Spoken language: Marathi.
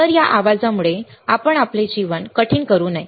तर या आवाजामुळे आपण आपले जीवन कठीण करू नये